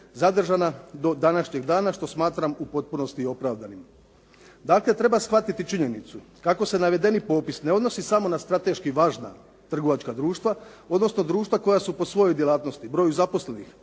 zadržana do današnjeg dana što smatram u potpunosti opravdanim. Dakle, treba shvatiti činjenicu kako se navedeni popis ne odnosi samo na strateški važna trgovačka društva, odnosno društva koja su po svojoj djelatnosti, broju zaposlenih,